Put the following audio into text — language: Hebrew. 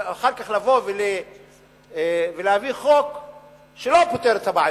ואחר כך לבוא ולהביא חוק שלא פותר את הבעיות,